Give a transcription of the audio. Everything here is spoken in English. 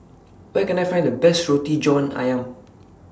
Where Can I Find The Best Roti John Ayam